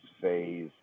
phase